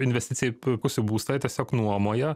investicijai pirkusių būstą jį tiesiog nuomoja